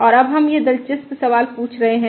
और अब हम यह दिलचस्प सवाल पूछ रहे हैं